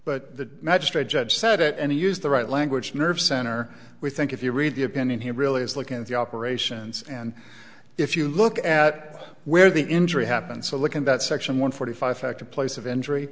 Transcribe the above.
but the magistrate judge said it and he used the right language nerve center we think if you read the opinion he really is looking at the operations and if you look at where the injury happened so look in that section one forty five fact a place of injury